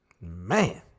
Man